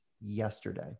Yesterday